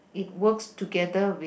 it works together with